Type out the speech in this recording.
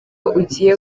ugiye